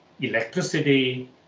electricity